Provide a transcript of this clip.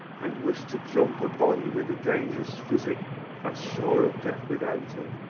and wish to jump a body with a dangerous physic that's sure of death without it